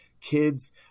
kids